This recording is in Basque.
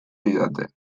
didate